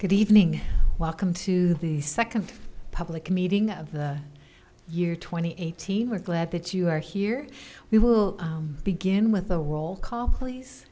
good evening welcome to the second public meeting of the year twenty eighteen we're glad that you are here we will begin with the roll call please